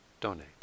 donate